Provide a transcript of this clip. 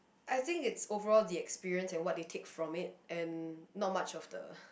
I think it's overall the experience and what they take from it and not much of the